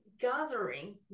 gathering